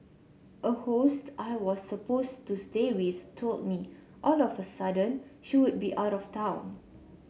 a host I was supposed to stay with told me all of a sudden she would be out of town